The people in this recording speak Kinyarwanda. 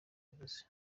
bivuze